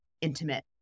intimate